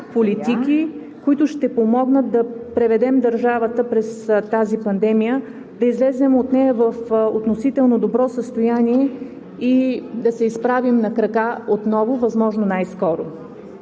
политики, които ще помогнат да преведем държавата през тази пандемия, да излезем от нея в относително добро състояние и да се изправим на крака отново възможно най-скоро.